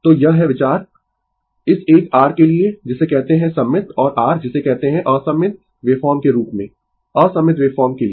तो यह है विचार इस एक r के लिए जिसे कहते है सममित और r जिसे कहते है असममित वेव फॉर्म के रूप में असममित वेवफॉर्म के लिए